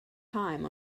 time